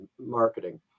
marketing